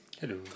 Hello